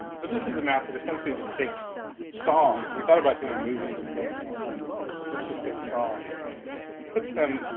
so this is the map that essentially takes songs we thought about doing movies and books and all kinds of things but this just takes songs and puts them,